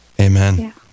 Amen